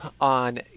on